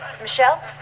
Michelle